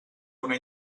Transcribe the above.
una